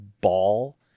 ball